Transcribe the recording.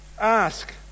ask